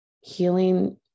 healing